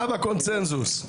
אתה בקונצנזוס.